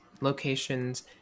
locations